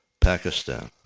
Pakistan